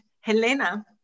helena